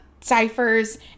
ciphers